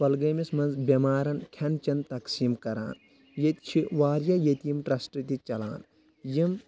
کۄلگٲمِس منٛز بؠمارن کھؠن چؠن تقسیٖم کران ییٚتہِ چھِ واریاہ یَتیٖم ٹرسٹہٕ تہِ چلان یِم